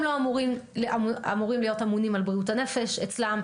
הם לא אמורים להיות אמונים על בריאות הנפש אצלם.